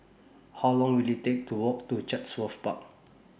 How Long Will IT Take to Walk to Chatsworth Park